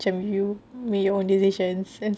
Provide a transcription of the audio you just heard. macam you make your own decisions and stuffs